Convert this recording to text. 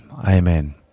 Amen